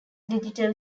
digital